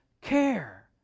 care